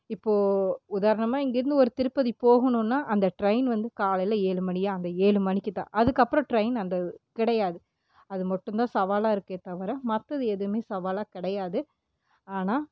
இப்போது உதாரணமாக இங்கிருந்து ஒரு திருப்பதி போகணுனால் அந்த ட்ரெயின் வந்து காலையில் ஏழு மணியா அந்த ஏழு மணிக்கு தான் அதுக்கு அப்புறம் ட்ரெயின் அந்த கிடயாது அது மட்டும்தான் சவாலாக இருக்கே தவிர மற்றது எதுவுமே சவாலாக கிடயாது ஆனால்